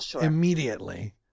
immediately